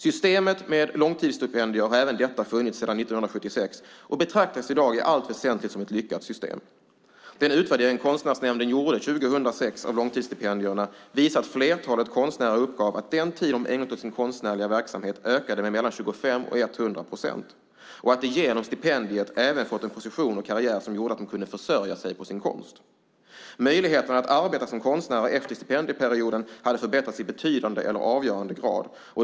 Systemet med långtidsstipendier har även det funnits sedan 1976 och betraktas i dag i allt väsentligt som ett lyckat system. I den utvärdering av långtidsstipendierna Konstnärsnämnden gjorde 2006 uppgav flertalet konstnärer att den tid de ägnat åt sin konstnärliga verksamhet hade ökat med mellan 25 och 100 procent och att de genom stipendiet även fått en position och karriär som gjort att de kunnat försörja sig på sin konst. Möjligheterna att arbeta som konstnärer efter stipendieperioden hade förbättrats i betydande eller avgörande grad.